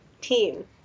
team